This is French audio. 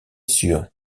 sur